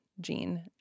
gene